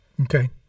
Okay